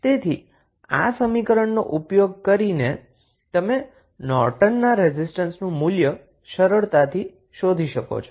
તેથી આ સમીકરણોનો ઉપયોગ કરીને તમે નોર્ટનના રેઝિસ્ટન્સનું મૂલ્ય સરળતાથી શોધી શકો છો